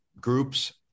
groups